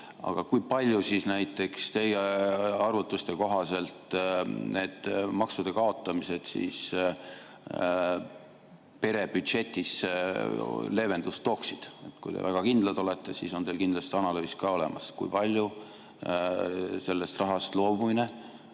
ära. Kui palju siis teie arvutuste kohaselt need maksude kaotamised pere büdžetis leevendust tooksid? Kui te väga kindel olete, siis on teil kindlasti olemas analüüs, kui palju sellest rahast loobumine